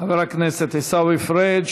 חבר הכנסת עיסאווי פריג',